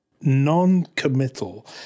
non-committal